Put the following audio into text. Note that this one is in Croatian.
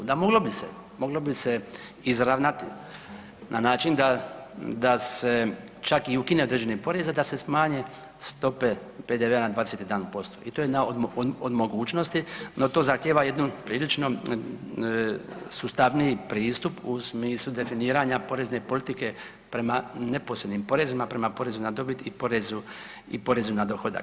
Da, moglo bi se, moglo bi se izravnati na način da se čak i ukine određeni porez, a da se smanje stope PDV-a na 21% i to je na, od mogućnosti, no to zahtjeva jednu prilično sustavniji pristup u smislu definiranja porezne politike prema neposrednim porezima, prema porezu na dobit i porezu na dohodak.